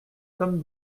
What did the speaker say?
comme